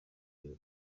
ibyo